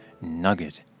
nugget